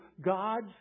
God's